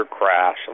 crash